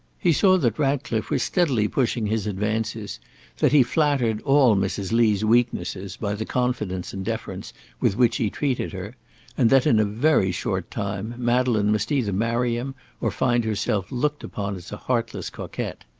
he saw that ratcliffe was steadily pushing his advances that he flattered all mrs. lee's weaknesses by the confidence and deference with which he treated her and that in a very short time, madeleine must either marry him or find herself looked upon as a heartless coquette.